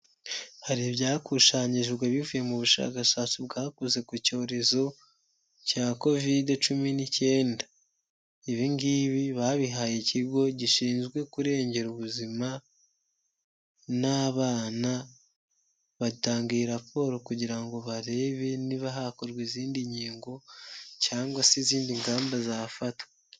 Hari ibyakusanyijwe bivuye mu bushakashatsi bwakoze ku cyorezo cya kovide cumi n'ikenda. Ibi ngibi babihaye ikigo gishinzwe kurengera ubuzima n'abana batanga iyi raporo kugira ngo barebe niba hakorwa izindi nkingo cyangwa se izindi ngamba zafatwa.